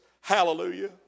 Hallelujah